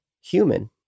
human